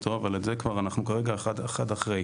אבל אנחנו כרגע אחד אחר.